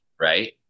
right